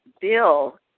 Bill